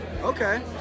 Okay